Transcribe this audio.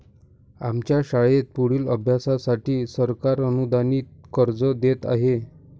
आमच्या शाळेत पुढील अभ्यासासाठी सरकार अनुदानित कर्ज देत आहे